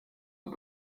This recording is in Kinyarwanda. ngo